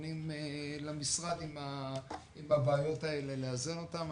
פונים למשרד עם הבעיות האלה לאזן אותן.